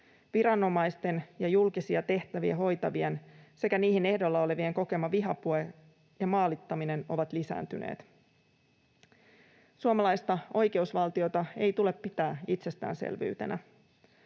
Viranomaisten ja julkisia tehtäviä hoitavien sekä niihin ehdolla olevien kokema vihapuhe ja maalittaminen ovat lisääntyneet. Suomalaista oikeusvaltiota ei tule pitää itsestäänselvyytenä.